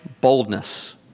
boldness